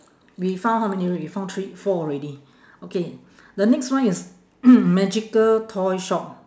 we found how many already we found three four already okay the next one is magical toy shop